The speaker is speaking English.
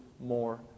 more